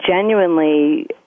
genuinely